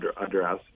address